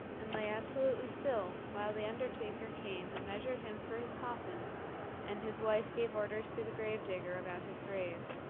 and lay absolutely still while the undertaker came and measured him for his coffin and his wife gave orders to the gravedigger about his grave.